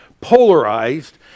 polarized